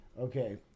Okay